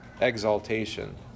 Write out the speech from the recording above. exaltation